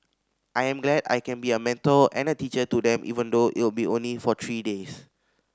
I am glad I can be a mental and a teacher to them even though it'll only be for three days